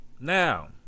Now